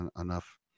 enough